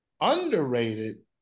Underrated